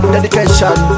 Dedication